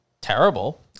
terrible